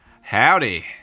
Howdy